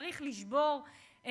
צריך לשבור,